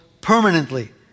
permanently